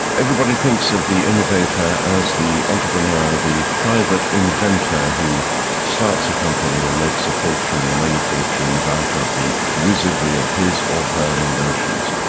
everybody thinks of the innovator as the entrepreneur, the private inventor who starts a company and makes a fortune or many fortunes out of the wizardry of his or her inventions.